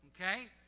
Okay